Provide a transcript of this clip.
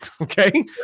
Okay